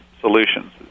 solutions